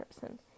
person